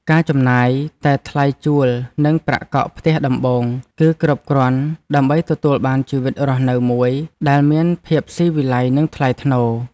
ការចំណាយតែថ្លៃជួលនិងប្រាក់កក់ផ្ទះដំបូង គឺគ្រប់គ្រាន់ដើម្បីទទួលបានជីវិតរស់នៅមួយដែលមានភាពស៊ីវិល័យនិងថ្លៃថ្នូរ។